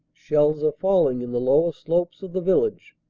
shells are falling in the lower slopes of the village.